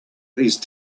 these